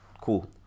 Cool